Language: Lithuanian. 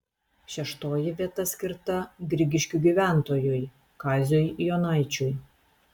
šeštoji vieta skirta grigiškių gyventojui kaziui jonaičiui